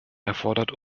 erfordert